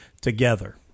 together